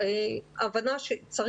אם בגל הקודם דיברנו בעיקר על שיח